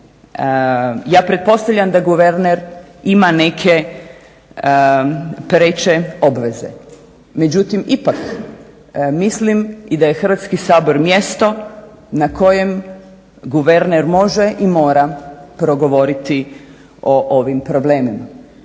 Ja pretpostavljam da guverner ima neke preče obveze. Međutim ipak mislim da je Hrvatski sabor mjesto na kojem guverner može i mora progovoriti o ovim problemima.